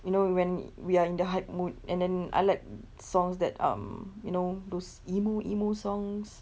you know when we are in the hype mood and then I like songs that um you know those emo emo songs